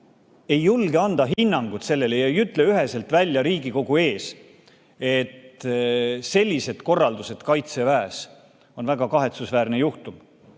ei julge anda hinnangut sellele ja ei ütle üheselt välja Riigikogu ees, et sellised korraldused Kaitseväes on väga kahetsusväärne juhtum